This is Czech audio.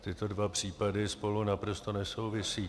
Tyto dva případy spolu naprosto nesouvisí.